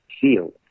field